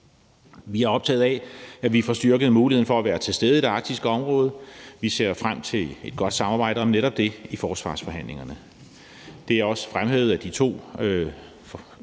Vi er optaget af, at vi får styrket muligheden for at være til stede i det arktiske område. Vi ser frem til et godt samarbejde om netop det i forsvarsforhandlingerne. Det er også fremhævet af de to forskere